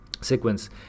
sequence